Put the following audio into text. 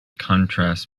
contrast